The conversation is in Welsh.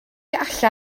alla